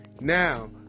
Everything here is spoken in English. Now